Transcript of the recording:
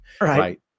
right